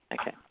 Okay